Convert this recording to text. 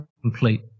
complete